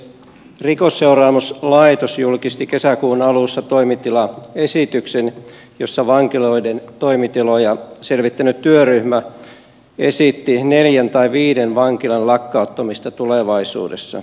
rikosseuraamuslaitos julkisti kesäkuun alussa toimitilaesityksen jossa vankiloiden toimitiloja selvittänyt työryhmä esitti neljän tai viiden vankilan lakkauttamista tulevaisuudessa